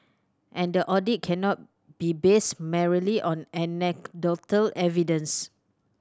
and the audit cannot be based merely on anecdotal evidence